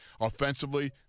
Offensively